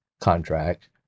contract